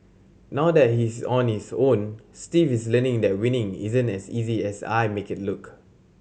now that he is on his own Steve is learning that winning isn't as easy as I make it look